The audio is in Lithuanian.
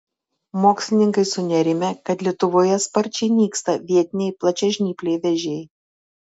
mokslininkai sunerimę kad lietuvoje sparčiai nyksta vietiniai plačiažnypliai vėžiai